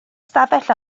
stafell